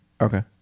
Okay